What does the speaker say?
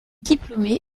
diplômé